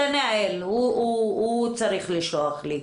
מנתנאל, הוא צריך לשלוח לי,